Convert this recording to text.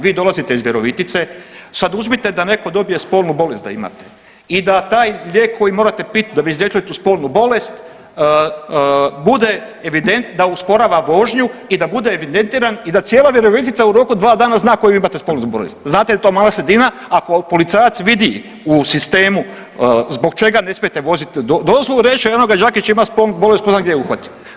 Vi dolazite iz Virovitice, sad uzmite da neko dobije spolnu bolest da imate i da taj lijek koji morate pit da bi izliječili tu spolnu bolest bude evide, da usporava vožnju i da bude evidentiran i da cijela Virovitica u roku od dva dana zna koju imate spolnu bolest, znate da je to mala sredina, ako policajac vidi u sistemu zbog čega ne smijete vozit dozvolu, reći će eno Đakić ima spolnu bolest ko zna gdje je uhvatio.